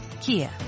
Kia